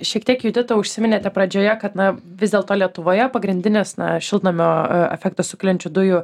šiek tiek judita užsiminėte pradžioje kad na vis dėlto lietuvoje pagrindinis šiltnamio efektą sukeliančių dujų